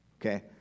okay